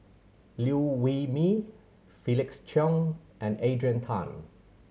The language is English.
Liew Wee Mee Felix Cheong and Adrian Tan